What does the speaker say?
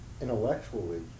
intellectually